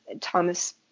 Thomas